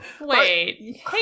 Wait